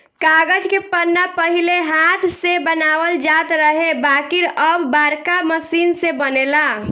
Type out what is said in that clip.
कागज के पन्ना पहिले हाथ से बनावल जात रहे बाकिर अब बाड़का मशीन से बनेला